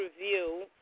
review